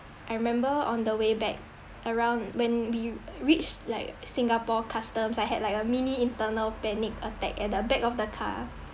I remember on the way back around when we reached like Singapore customs I had like a mini internal panic attack at the back of the car